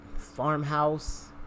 Farmhouse